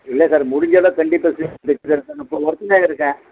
இல்லை சார் முடிஞ்ச அளவுக்கு கண்டிப்பாக இப்போ ஒர்க்கில் இருக்கேன்